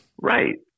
Right